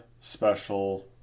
special